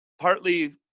Partly